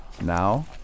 Now